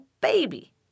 baby